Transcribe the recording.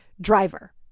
driver